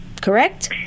Correct